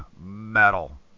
metal